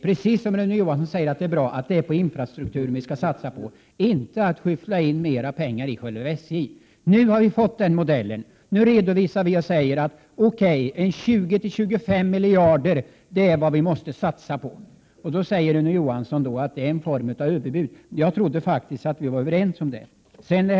Precis som Rune Johansson säger är det på infrastrukturen vi skall satsa och inte skyffla in mer pengar i SJ. Nu har vi fått den modellen. Nu säger vi att vi måste satsa 20 å 25 miljarder. Då påstår Rune Johansson att det är en form av överbud. Jag trodde faktiskt att vi var överens på den här punkten.